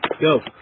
go